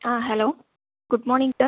ah hello good morning sir